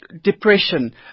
depression